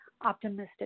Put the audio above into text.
optimistic